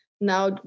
Now